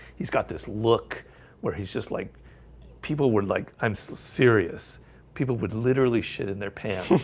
he's got this look where he's just like people were like, i'm serious people would literally shit in their pants,